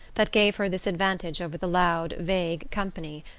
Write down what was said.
that gave her this advantage over the loud vague company.